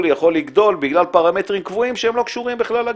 יכול לגדול בגלל פרמטרים קבועים שהם לא קשורים בכלל לגיוס,